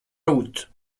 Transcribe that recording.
août